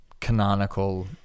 canonical